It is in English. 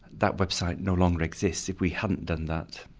that website no longer exists if we hadn't done that,